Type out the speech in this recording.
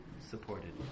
supported